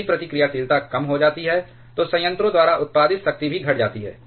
यदि प्रतिक्रियाशीलता कम हो जाती है तो संयंत्रों द्वारा उत्पादित शक्ति भी घट जाती है